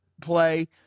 play